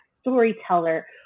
storyteller